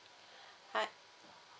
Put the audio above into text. hi